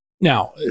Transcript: Now